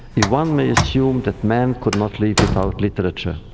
if one may assume that man could not live without literature,